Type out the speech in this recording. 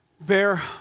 bear